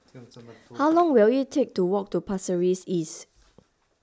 how long will it take to walk to Pasir Ris East